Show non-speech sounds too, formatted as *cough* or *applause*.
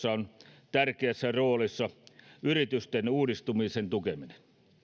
*unintelligible* on tärkeässä roolissa yritysten uudistumisen tukeminen